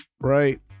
Right